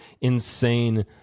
insane